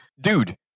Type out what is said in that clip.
dude